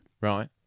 right